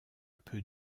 peut